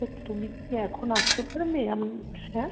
তো তুমি কি এখন আসতে পারবে আমি হ্যাঁ